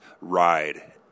ride